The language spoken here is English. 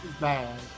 bad